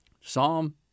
Psalm